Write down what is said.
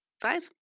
Five